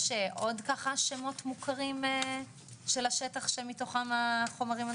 יש עוד ככה שמות מוכרים של השטח שמתוכם החומרים.